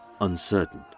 uncertain